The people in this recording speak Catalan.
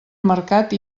mercat